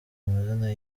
amazina